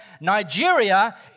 Nigeria